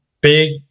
big